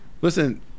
Listen